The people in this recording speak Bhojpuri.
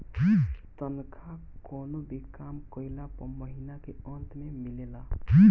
तनखा कवनो भी काम कइला पअ महिना के अंत में मिलेला